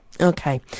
Okay